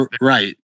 Right